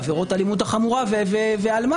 בעבירות האלימות החמורה ואלמ"ב.